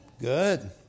good